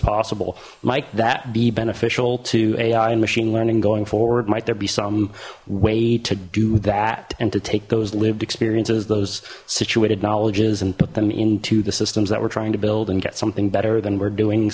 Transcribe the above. possible mike that'd be beneficial to ai and machine learning going forward might there be some way to do that and to take those lived experiences those situated knowledge is and put them into the systems that we're trying to build and get something better than we're doing